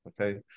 okay